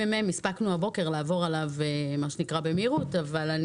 הספקנו לעבור הבוקר על דו"ח הממ"מ במהירות ואני